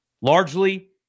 Largely